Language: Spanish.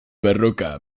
barroca